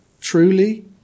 Truly